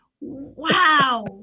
wow